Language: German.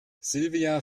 silvia